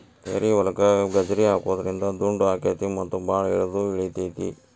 ಏರಿಹೊಲಕ್ಕ ಗಜ್ರಿ ಹಾಕುದ್ರಿಂದ ದುಂಡು ಅಕೈತಿ ಮತ್ತ ಬಾಳ ಇಳದು ಇಳಿತೈತಿ